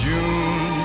June